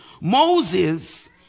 Moses